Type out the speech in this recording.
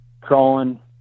crawling